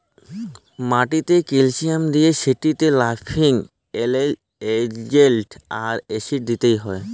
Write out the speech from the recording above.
মাটিতে ক্যালসিয়াম দিলে সেটতে লাইমিং এজেল্ট আর অ্যাসিড দিতে হ্যয়